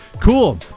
cool